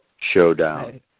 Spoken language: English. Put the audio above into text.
showdown